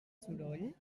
soroll